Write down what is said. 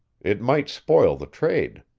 it might spoil the trade.